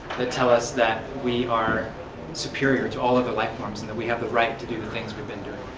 that tell us that we are superior to all other life forms, and that we have the right to do the things we have been doing.